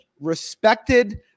respected